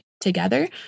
together